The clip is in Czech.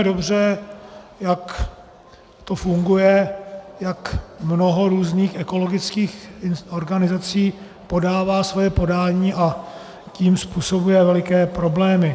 Víme dobře, jak to funguje, jak mnoho různých ekologických organizací podává svoje podání, a tím způsobuje veliké problémy.